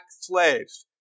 slaves